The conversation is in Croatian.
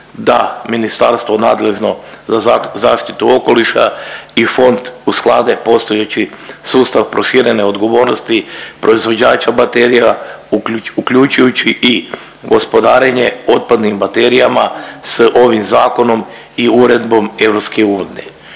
da ministarstvo nadležno za zaštitu okoliša i fond usklade postojeći sustav proširene odgovornosti proizvođača baterija, uključujući i gospodarenje otpadnim baterijama s ovim Zakonom i uredbom EU.